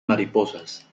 mariposas